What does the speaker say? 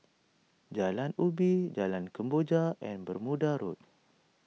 Jalan Ubi Jalan Kemboja and Bermuda Road